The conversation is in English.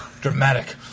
Dramatic